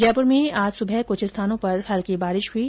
जयपुर में आज सुबह कुछ स्थानो पर हल्की बारिश हुई